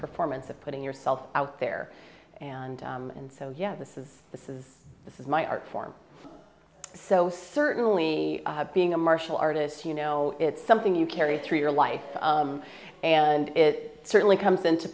performance of putting yourself out there and and so yeah this is this is this is my art form so certainly being a martial artist you know it's something you carry through your life and it certainly comes into